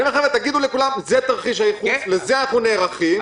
תגידו לכולם: זה תרחיש הייחוס, לזה אנחנו נערכים.